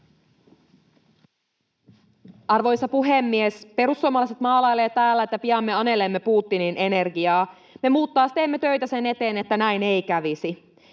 Arvoisa puhemies! Perussuomalaiset maalailevat täällä, että pian me anelemme Putinin energiaa. Me muut taas teemme töitä sen eteen, että näin ei kävisi.